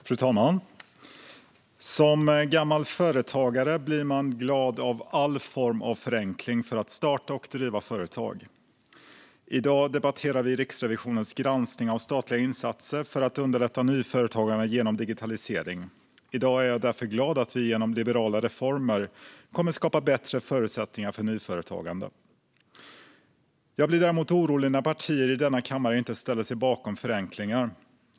Fru talman! Som gammal företagare blir man glad av all form av förenkling för att starta och driva företag. I dag debatterar vi Riksrevisionens granskning av statliga insatser för att underlätta nyföretagande genom digitalisering. I dag är jag därför glad att vi genom liberala reformer kommer att skapa bättre förutsättningar för nyföretagande. Jag blir däremot orolig när partier i denna kammare inte ställer sig bakom förenklingar.